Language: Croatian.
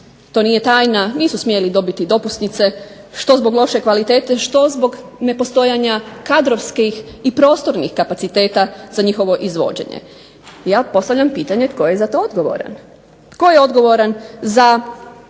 to nije tajna, nisu smjeli dobiti dopusnice, što zbog kvalitete, što zbog nepostojanja kadrovskih i prostornih kapaciteta za njihovo izvođenje. Ja postavljam pitanje tko je za to odgovoran? Tko je odgovoran za